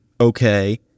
okay